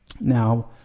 Now